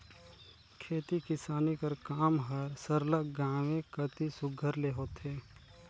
खेती किसानी कर काम हर सरलग गाँवें कती सुग्घर ले होथे